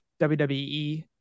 WWE